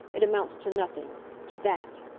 it amounts to nothing to that!